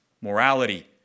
Morality